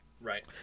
Right